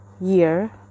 year